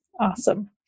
Awesome